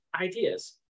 ideas